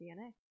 dna